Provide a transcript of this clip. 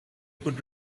could